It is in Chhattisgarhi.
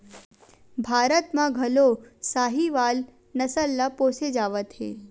भारत म घलो साहीवाल नसल ल पोसे जावत हे